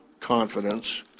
confidence